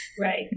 Right